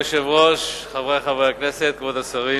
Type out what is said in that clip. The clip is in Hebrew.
כבוד היושב-ראש, חברי חברי הכנסת, כבוד השרים,